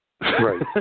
right